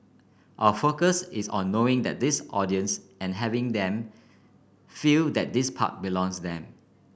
our focus is on knowing this audience and having them feel that this park belongs them